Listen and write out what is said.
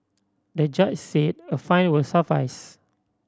the judge said a fine will suffice